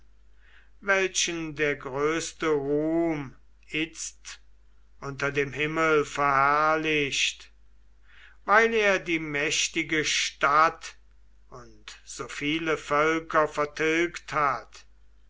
welchen der größte ruhm itzt unter dem himmel verherrlicht weil er die mächtige stadt und so viele völker vertilgt hat